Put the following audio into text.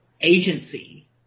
agency